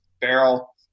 barrel